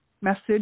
message